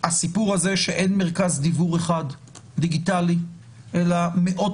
הסיפור הזה שאין מרכז דיוור דיגיטלי אחד אלא מאות